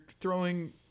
throwing